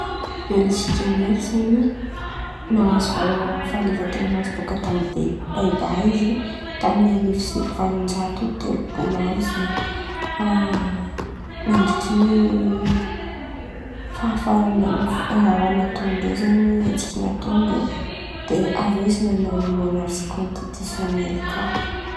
Belzika ndreky zen̈y nahazo volan̈a fahaleovan-ten̈a bôka taminy Peyba izy taminy arivo sy valon-jato tôno. Nandritry ny fahafahana natô ndreo zen̈y hetsiky natôny avy eo izy nanô aminsiti kontitisionely koa.